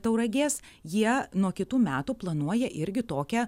tauragės jie nuo kitų metų planuoja irgi tokią